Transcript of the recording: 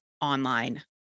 online